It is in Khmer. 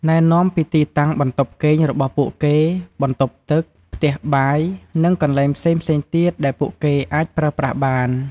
ណែនាំពីទីតាំងបន្ទប់គេងរបស់ពួកគេ បន្ទប់ទឹក ផ្ទះបាយ និងកន្លែងផ្សេងៗទៀតដែលពួកគេអាចប្រើប្រាស់បាន។